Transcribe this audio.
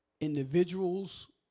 Individuals